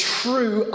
true